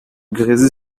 grésy